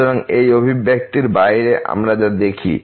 সুতরাং এই অভিব্যক্তির বাইরে আমরা যা দেখি